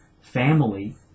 family